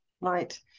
right